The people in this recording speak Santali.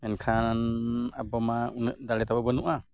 ᱢᱮᱱᱠᱷᱟᱱ ᱟᱵᱚ ᱢᱟ ᱩᱱᱟᱹᱜ ᱫᱟᱲᱮ ᱛᱟᱵᱚᱱ ᱵᱟᱹᱱᱩᱜᱼᱟ